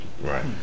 Right